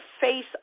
face